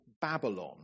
Babylon